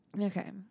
Okay